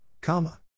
comma